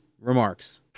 remarks